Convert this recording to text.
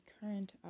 current